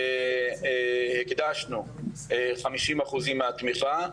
הקדשנו 50% מהתמיכה,